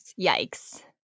Yikes